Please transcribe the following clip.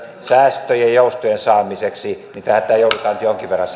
säästöjen ja joustojen saamiseksi tätä joudutaan jonkin verran